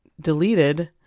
deleted